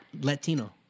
Latino